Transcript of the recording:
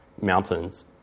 mountains